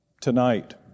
tonight